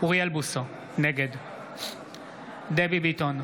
אוריאל בוסו, נגד דבי ביטון,